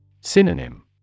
Synonym